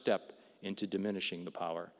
step into diminishing the power